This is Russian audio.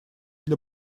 для